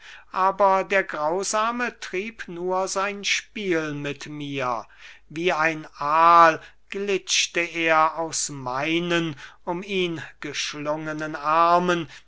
aber der grausame trieb nur sein spiel mit mir wie ein aal glitschte er aus meinen um ihn geschlungenen armen